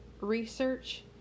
research